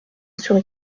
sur